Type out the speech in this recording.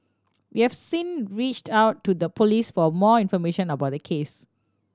we have sin reached out to the Police for more information about the case